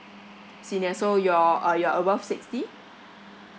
senior so you're uh you're above sixty